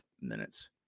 minutes